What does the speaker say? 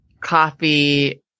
coffee